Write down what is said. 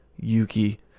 Yuki